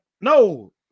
no